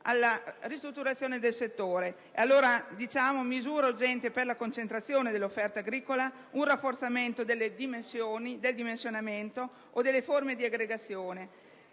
alla ristrutturazione del settore. Servono misure urgenti per la concentrazione dell'offerta agricola, un rafforzamento del dimensionamento o delle forme di aggregazione.